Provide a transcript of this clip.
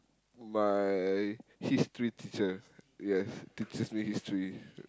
my history teacher yes teaches me history